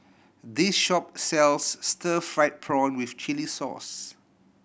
this shop sells stir fried prawn with chili sauce